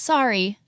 Sorry